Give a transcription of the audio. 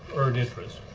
earn interest,